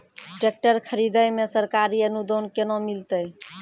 Tractor खरीदै मे सरकारी अनुदान केना मिलतै?